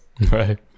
right